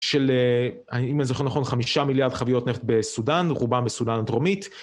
של, אם אני זוכר נכון חמישה מיליארד חביות נפט בסודאן, רובם בסודאן הדרומית.